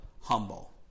humble